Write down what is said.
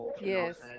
yes